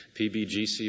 PBGC